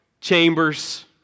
chambers